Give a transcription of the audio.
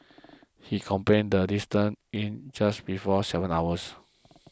he completed the distance in just before seven hours